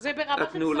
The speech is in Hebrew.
זה ברמה של שרים.